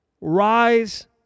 Rise